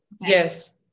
yes